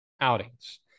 outings